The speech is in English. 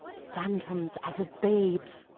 phantoms as of babes,